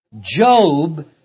Job